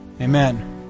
Amen